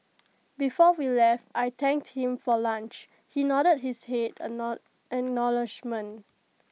before we left I thanked him for lunch he nodded his A know acknowledgement